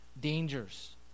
dangers